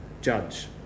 judge